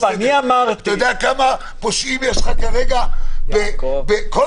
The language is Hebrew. אתה יודע כמה פושעים יש לך כרגע בכל